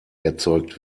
erzeugt